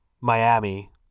Miami